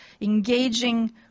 engaging